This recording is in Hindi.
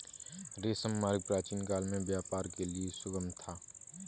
रेशम मार्ग प्राचीनकाल में व्यापार के लिए सुगम था